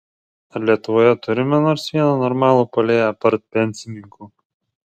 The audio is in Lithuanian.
ar lietuvoje turime nors vieną normalų puolėją apart pensininkų